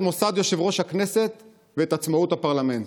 מוסד יושב-ראש הכנסת ואת עצמאות הפרלמנט.